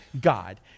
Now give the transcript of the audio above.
God